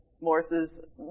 Morris's